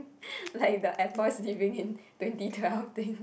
like the Apple is living in twenty twelve thing